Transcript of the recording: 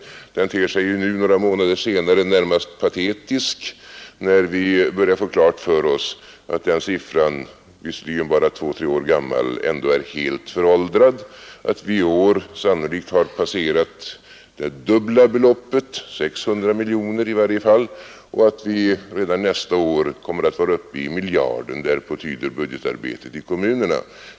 Det beloppet ter sig nu, några månader senare närmast patetiskt, när vi börjar få klart för oss att den siffran är helt föråldrad, fastän den bara är två tre år gammal, I år har vi sannolikt passerat det dubbla beloppet, alltså 600 miljoner, och redan nästa år kommer vi att vara uppe i en miljard. Därpå tyder budgetarbetet i kommunerna.